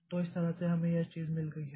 तो इस तरह से हमें यह चीज मिल गई है